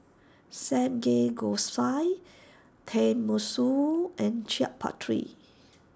Samgeyopsal Tenmusu and Chaat Papri